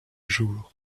jours